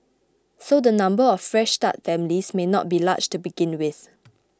so the number of Fresh Start families may not be large to begin with